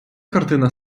картина